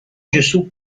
gesù